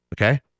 Okay